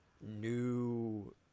new